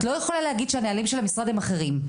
את לא יכולה להגיד שהנהלים של המשרד הם אחרים.